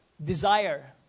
Desire